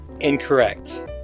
Incorrect